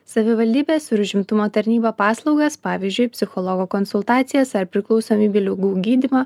savivaldybės ir užimtumo tarnyba paslaugas pavyzdžiui psichologo konsultacijas ar priklausomybių ligų gydymą